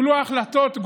נתניהו מעולם לא רצה אחדות.